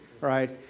right